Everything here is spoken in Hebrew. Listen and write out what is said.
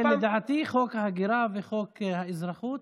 לדעתי, חוק ההגירה וחוק האזרחות